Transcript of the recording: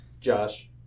Josh